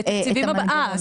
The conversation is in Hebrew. כי,